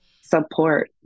Support